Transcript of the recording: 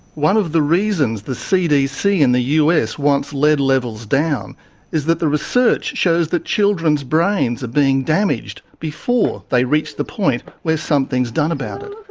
one of the reasons the cdc in the us wants lead levels down is that the research shows that children's brains are being damaged before they reach the point where something's done about it.